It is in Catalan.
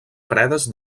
fredes